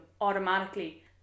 automatically